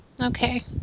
Okay